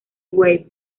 wave